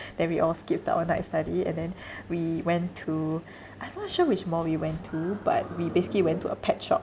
then we all skipped our night study and then we went to I'm not sure which mall we went to but we basically went to a pet shop